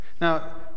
Now